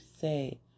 say